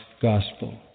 gospel